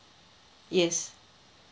yes